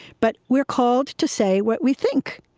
but we're called to say what we think.